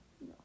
No